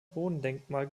bodendenkmal